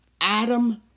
Adam